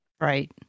Right